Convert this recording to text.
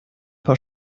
paar